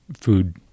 food